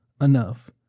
enough